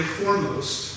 foremost